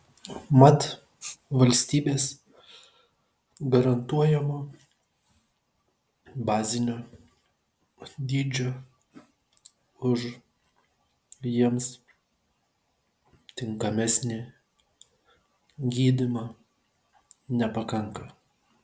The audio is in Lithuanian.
mat valstybės garantuojamo bazinio dydžio už jiems tinkamesnį gydymą nepakanka